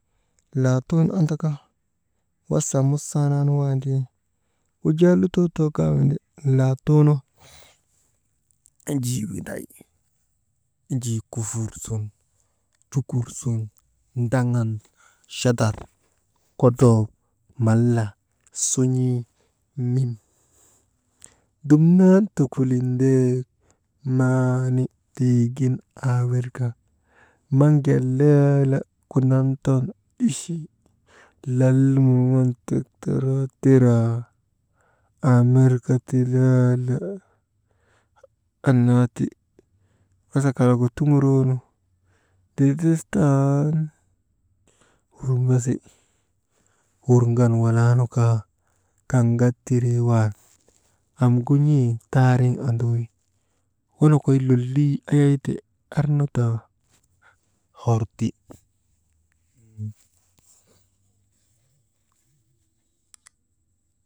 Laatuuun andaka wasa musannan waandi, wujaa lutoo tookaa windi laatuunu, enjii widay, enjii kufur suŋ cukur sun ndagaŋ chadar kodroo mallaa, sun̰ii mim dumnan tukulin ndeek naanik tiigin aa wir kaa maŋ jaa laala Kundan ton ichi lal murŋon ti taraa teraa, aa mirka ti laala, annaa ti wasa kalagu tuŋuroonu, ndindistan naŋ masi, wurŋan walaanu kaa kaŋ gat tiree wan, amgu n̰ee taariŋ anduy wonokoy lolii ayayte arnu taa, horti.